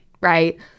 right